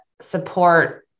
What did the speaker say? support